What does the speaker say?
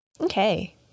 Okay